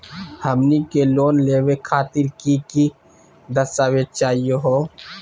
हमनी के लोन लेवे खातीर की की दस्तावेज चाहीयो हो?